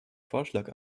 vorschlag